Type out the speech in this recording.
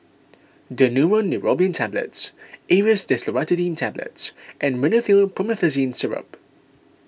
Daneuron Neurobion Tablets Aerius DesloratadineTablets and Rhinathiol Promethazine Syrup